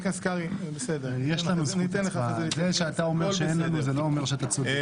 זה שאתה אומר שאין לנו זה לא אומר שאתה צודק.